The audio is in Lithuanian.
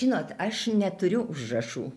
žinot aš neturiu užrašų